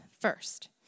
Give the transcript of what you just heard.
first